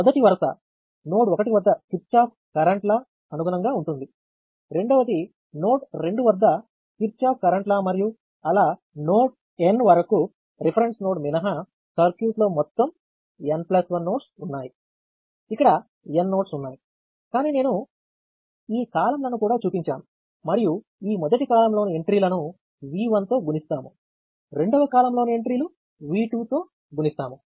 మొదటి వరుస నోడ్ 1 వద్ద Kirchhoff current law Kirchhoff's current law అనుగుణంగా ఉంటుంది రెండవది నోడ్ 2 వద్ద కిర్చాఫ్ కరెంట్ లా మరియు అలా నోడ్ N వరకు రిఫరెన్స్ నోడ్ మినహా సర్క్యూట్లో మొత్తం N 1 నోడ్స్ ఉన్నాయి ఇక్కడ N నోడ్స్ ఉంటాయి కానీ నేను ఈ కాలమ్ లను కూడా చూపించాను మరియు ఈ మొదటి కాలమ్ లోని ఎంట్రీలను V1 తో గుణిస్తాము రెండవ కాలమ్లోని ఎంట్రీలు V2 తో గుణిస్తాము